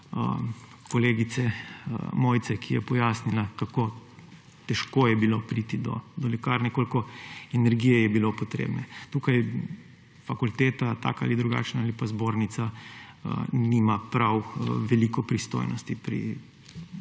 kolegice Mojce, ki je pojasnila, kako težko je bilo priti do lekarne, koliko energije je bilo potrebne. Tukaj fakulteta taka ali drugačna ali pa zbornica nima prav veliko pristojnosti pri